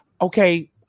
Okay